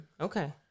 Okay